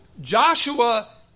Joshua